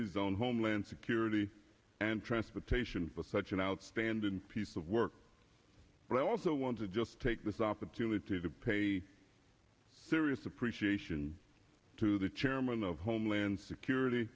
committee's own homeland security and transportation bill such an outstanding piece of work for i also want to just take this opportunity to pay a serious appreciation to the chairman of homeland security